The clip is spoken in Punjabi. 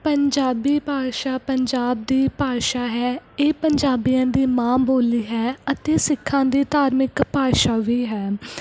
ਪੰਜਾਬੀ ਭਾਸ਼ਾ ਪੰਜਾਬ ਦੀ ਭਾਸ਼ਾ ਹੈ ਇਹ ਪੰਜਾਬੀਆਂ ਦੀ ਮਾਂ ਬੋਲੀ ਹੈ ਅਤੇ ਸਿੱਖਾਂ ਦੀ ਧਾਰਮਿਕ ਭਾਸ਼ਾ ਵੀ ਹੈ